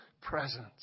presence